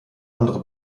andere